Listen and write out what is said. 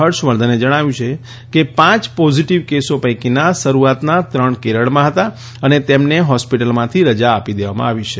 હર્ષવર્ધને જણાવ્યું કે પાંચ પોઝિટીવ કેસો પૈકીના શરૂઆતના ત્રણ કેરળમાં હતા અને તેમને હોસ્પિટલમાંથી રજા આપી દેવામાં આવી છે